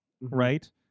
right